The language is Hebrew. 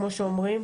כמו שאומרים,